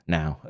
now